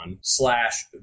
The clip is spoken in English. slash